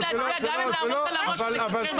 להצביע גם אם נעמוד על הראש ונסתכל ------ לא,